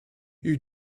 you